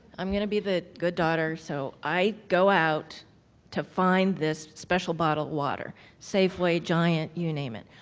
i'm going to be the good daughter. so, i go out to find this special bottle of water. safeway, giant, you name it.